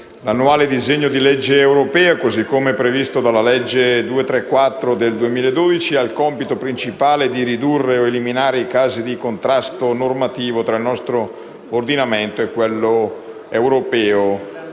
l'annuale disegno di legge di delegazione europea, così come previsto dalla legge n. 234 del 2012, ha il compito principale di ridurre o eliminare i casi di contrasto normativo tra il nostro ordinamento e quello europeo;